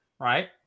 right